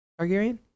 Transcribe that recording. Targaryen